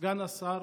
סגן השר,